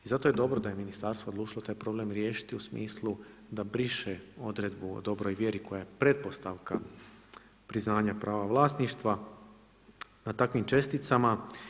I zato je dobro da je ministarstvo odlučilo taj problem riješiti u smislu da briše odredbu o dobroj vjeri koja je pretpostavka priznanja prava vlasništva na takvim česticama.